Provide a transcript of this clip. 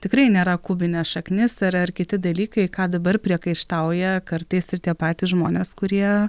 tikrai nėra kubinė šaknis ar ar kiti dalykai ką dabar priekaištauja kartais ir tie patys žmonės kurie